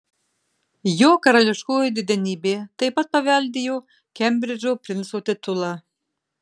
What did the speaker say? jo karališkoji didenybė taip pat paveldėjo kembridžo princo titulą